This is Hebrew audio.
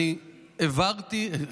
אני הבהרתי,